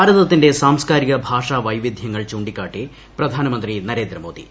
ഭാരതത്തിന്റെ സംസ്കാര ഭാഷ വൈവിധൃങ്ങൾ ചൂണ്ടിക്കാട്ടി പ്രധാനമന്ത്രി നരേന്ദ്രമോദി